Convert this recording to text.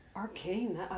Arcane